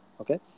Okay